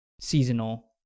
seasonal